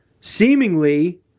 seemingly